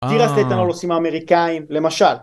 עושים האמריקאיים, למשל.